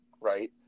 right